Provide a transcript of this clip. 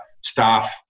staff